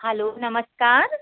hello नमस्कार